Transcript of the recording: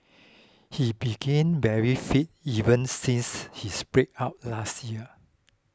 he begin very fit even since his breakup last year